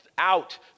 out